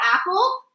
Apple